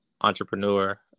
entrepreneur